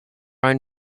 own